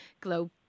Glow